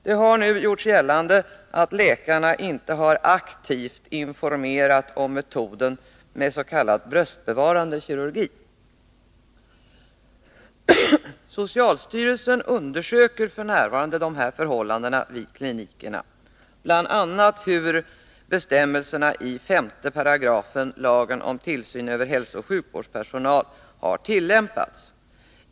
Det har nu gjorts gällande an läkarna inte har ”aktivt” informerat om metoden med s.k. bröstbevarande kirurgi. Socialstyrelsen undersöker f.n. dessa förhållanden vid de berörda klinikerna, bl.a. hur bestämmelserna i 5 § lagen om tillsyn över hälsooch sjukvårdspersonalen m.fl. har tillämpats.